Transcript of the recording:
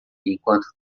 enquanto